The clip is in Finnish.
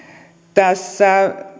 tässä